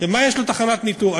שיש לו תחנת ניטור.